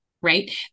Right